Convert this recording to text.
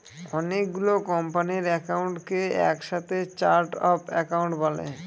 অনেকগুলো কোম্পানির একাউন্টকে এক সাথে চার্ট অফ একাউন্ট বলে